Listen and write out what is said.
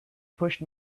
pushed